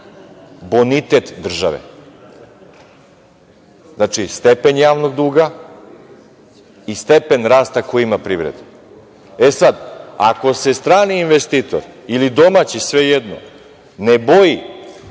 Bonitet države. Znači, stepen javnog duga i stepen rasta koji ima privreda. Sada, ako se strani investitor ili domaći, svejedno, ne boji